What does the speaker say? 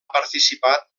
participat